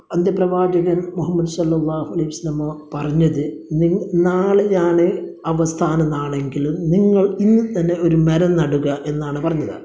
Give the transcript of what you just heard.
അന്ത്യ പ്രവാചകന് മുഹമ്മദ് സ്വല്ലള്ളാഹു അലൈഹി വസല്ലമ പറഞ്ഞത് നാളെയാണ് അവസാന നാളെങ്കിലും നിങ്ങള് ഇന്ന് തന്നെ ഒരു മരം നടുക എന്നാണ് പറഞ്ഞത്